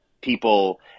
people